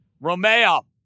Romeo